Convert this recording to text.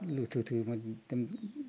लोथोथो